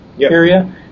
area